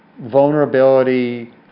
vulnerability